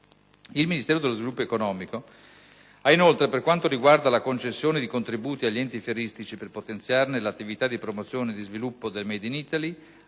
Il Ministero dello sviluppo economico ha inoltre, per quanto riguarda la concessione di contributi agli enti fieristici per potenziare l'attività di promozione e di sviluppo del *made in Italy,*